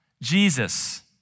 Jesus